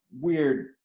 weird